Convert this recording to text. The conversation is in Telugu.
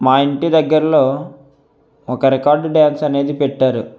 మా ఇంటి దగ్గరలో ఒక రికార్డు డ్యాన్స్ అనేది పెట్టారు